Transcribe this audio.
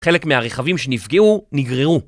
חלק מהרכבים שנפגעו, נגררו